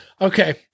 Okay